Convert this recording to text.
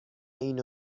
اینو